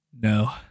No